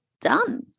done